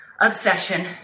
obsession